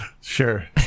Sure